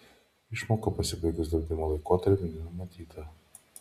išmoka pasibaigus draudimo laikotarpiui nenumatyta